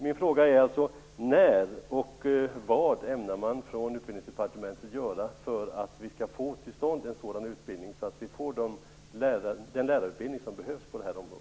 Min fråga är: Vad ämnar man göra från Utbildningsdepartementet, och när, för att vi skall få till stånd den lärarutbildning som behövs på detta område?